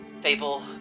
Fable